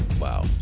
Wow